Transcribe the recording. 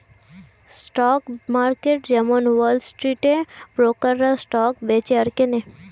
stock market যেমন wall স্ট্রিটে ব্রোকাররা স্টক বেচে আর কেনে